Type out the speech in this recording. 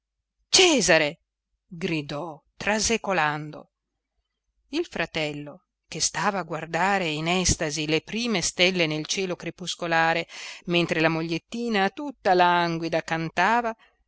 gambe cesare gridò trasecolando il fratello che stava a guardare in estasi le prime stelle nel cielo crepuscolare mentre la mogliettina tutta languida cantava